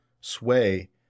sway